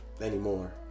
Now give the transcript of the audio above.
anymore